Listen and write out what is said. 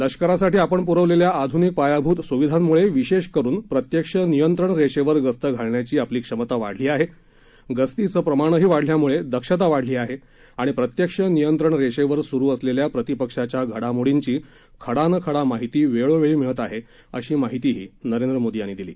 लष्करासाठी आपण प्रवलेल्या आधूनिक पायाभूत सुविधांमुळे विशेष करून प्रत्यक्ष नियंत्रण रेषेवर गस्त घालण्याची आपली क्षमता वाढली आहे गस्तीचं प्रमाणही वाढल्यामुळे दक्षता वाढली आहे आणि प्रत्यक्ष नियंत्रण रेषेवर सुरू असलेल्या प्रतिपक्षाच्या घडामोडींची खडा न खडा माहिती वेळोवेळी मिळत आहे अशी माहिती त्यांनी दिली